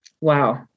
Wow